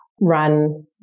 run